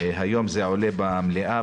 היום זה עולה במליאה,